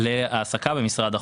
להעסקה במשרד החוץ.